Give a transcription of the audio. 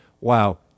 Wow